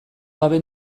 gabe